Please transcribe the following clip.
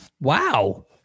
Wow